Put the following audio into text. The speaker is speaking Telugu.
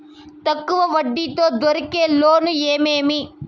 తక్కువ వడ్డీ తో దొరికే లోన్లు ఏమేమీ?